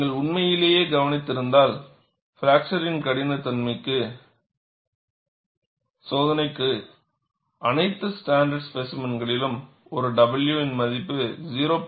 நீங்கள் உண்மையிலேயே கவனித்திருந்தால் பிராக்சர் கடினத்தன்மை சோதனைக்கான அனைத்து ஸ்டாண்டர்ட் ஸ்பேசிமென்களிலும் ஒரு w இன் மதிப்பு 0